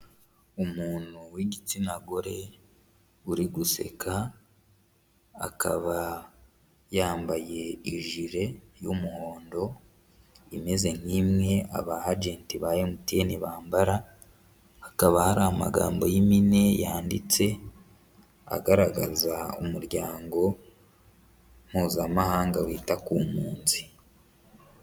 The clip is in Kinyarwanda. Umuntu w'igitsina gore uri guseka, akaba yambaye ijire y'umuhondo imeze nk'imwe abahajenti ba MTN bambara, hakaba hari amagambo y'impine yanditse agaragaza umuryango mpuzamahanga wita ku mpunzi.